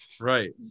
Right